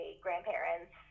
grandparents